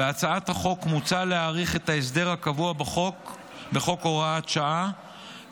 בהצעת החוק מוצע להאריך את ההסדר הקבוע בחוק בהוראת שעה